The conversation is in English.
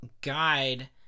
guide